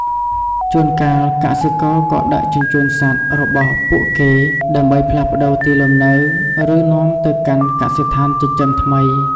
ជួនកាល កសិករក៏ដឹកជញ្ជូនសត្វរបស់ពួកគេ ដើម្បីផ្លាស់ប្តូរទីលំនៅ ឬនាំទៅកាន់កសិដ្ឋានចិញ្ចឹមថ្មី។